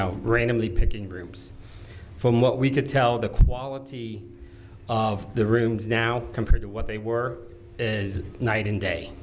know randomly picking groups from what we could tell the quality of the rooms now compared to what they were as night and day